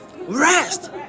rest